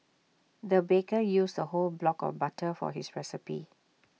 the baker used A whole block of butter for his recipe